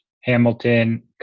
Hamilton